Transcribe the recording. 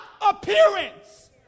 appearance